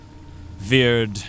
veered